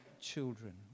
children